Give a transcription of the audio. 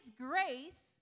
grace